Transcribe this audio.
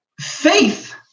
Faith